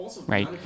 right